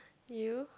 you